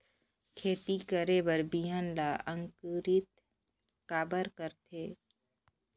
खेती करे बर बिहान ला अंकुरित काबर करथे?